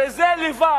הרי זה לבד